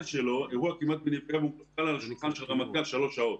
אירוע של כמעט נפגע אחרי שלוש שעות.